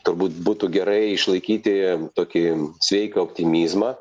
turbūt būtų gerai išlaikyti tokį sveiką optimizmą